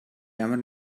ямар